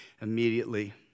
immediately